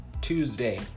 Tuesday